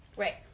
Right